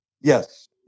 Yes